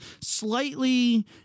slightly